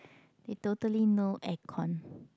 they totally no aircon